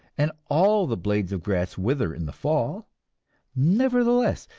and all the blades of grass wither in the fall nevertheless,